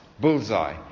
Bullseye